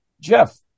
Jeff